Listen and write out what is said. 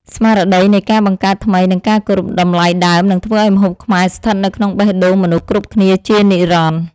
ស្មារតីនៃការបង្កើតថ្មីនិងការគោរពតម្លៃដើមនឹងធ្វើឱ្យម្ហូបខ្មែរស្ថិតនៅក្នុងបេះដូងមនុស្សគ្រប់គ្នាជានិរន្តរ៍។